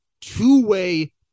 two-way